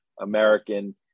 American